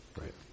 right